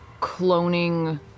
cloning